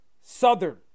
Southern